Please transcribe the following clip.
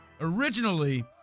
Originally